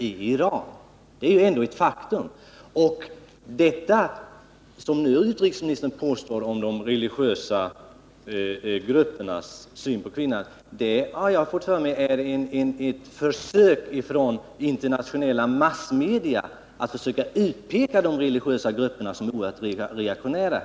Utrikesministerns påstående när det gäller de religiösa gruppernas syn på kvinnan tror jag är ett resultat av att internationella massmedia försöker utpeka dessa grupper som oerhört reaktionära.